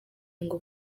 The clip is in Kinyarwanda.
ngo